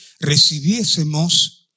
recibiésemos